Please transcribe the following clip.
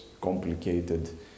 complicated